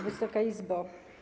Wysoka Izbo!